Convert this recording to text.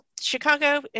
Chicago